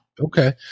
Okay